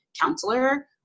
counselor